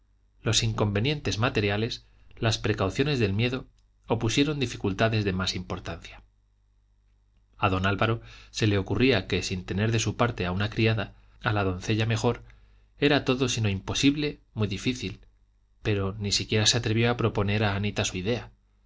los inconvenientes materiales las precauciones del miedo opusieron dificultades de más importancia a don álvaro se le ocurría que sin tener de su parte a una criada a la doncella mejor era todo sino imposible muy difícil pero ni siquiera se atrevió a proponer a anita su idea